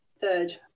third